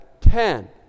ten